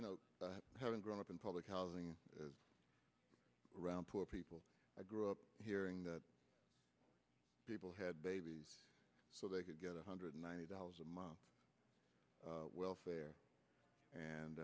you know having grown up in public housing around poor people i grew up hearing that people had babies so they could get one hundred ninety dollars a month welfare and